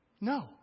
No